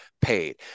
paid